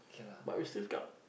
but we still come